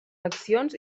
eleccions